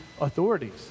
authorities